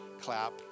clap